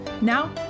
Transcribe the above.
Now